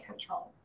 control